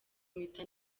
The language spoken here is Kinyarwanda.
mpita